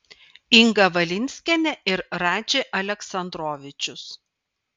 inga valinskienė ir radži aleksandrovičius